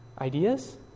Ideas